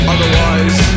Otherwise